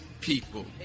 people